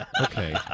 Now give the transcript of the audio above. Okay